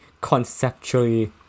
conceptually